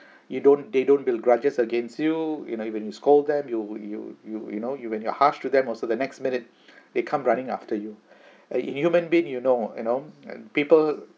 you don't they don't build grudges against you you know even you scold them you you you you know you when you're harsh to them also the next minute they come running after you in human being you know you know people